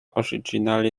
originally